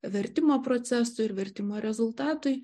vertimo procesui ir vertimo rezultatui